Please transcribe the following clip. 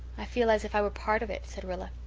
i feel as if i were part of it, said rilla.